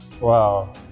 Wow